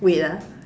wait ah